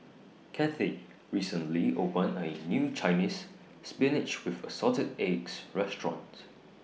Kathey recently opened A New Chinese Spinach with Assorted Eggs Restaurant